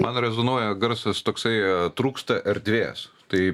man rezonuoja garsas toksai trūksta erdvės tai